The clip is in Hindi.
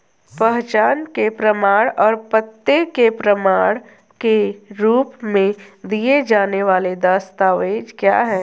पहचान के प्रमाण और पते के प्रमाण के रूप में दिए जाने वाले दस्तावेज क्या हैं?